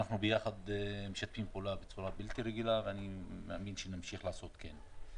משתפים יחד פעולה בצורה בלתי רגילה ואני מאמין שנמשיך לעשות כן.